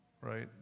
right